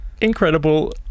Incredible